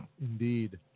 Indeed